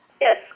Yes